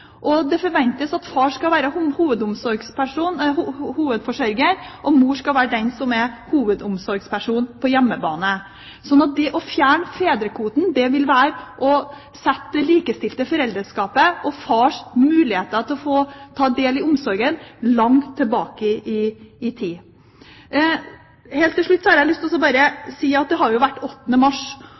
Det forventes at far skal være hovedforsørger, og at mor skal være den som er hovedomsorgsperson på hjemmebane. Så det å fjerne fedrekvoten vil være å sette det likestilte foreldreskapet – og fars muligheter til å ta del i omsorgen – langt tilbake i tid. Helt til slutt har jeg lyst til å si at det har jo vært 8. mars.